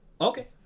Okay